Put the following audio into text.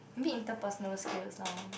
maybe interpersonal skills lor